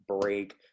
break